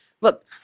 Look